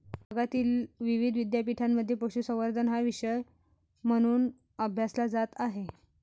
जगातील विविध विद्यापीठांमध्ये पशुसंवर्धन हा विषय म्हणून अभ्यासला जात आहे